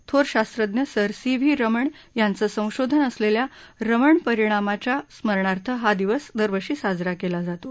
थोर शास्त्रज्ञ sir C V Raman यांचं संशोधन असलेल्या रमण परिणामाच्या स्मरणार्थ हा दिवस दरवर्षी साजरा केला जातो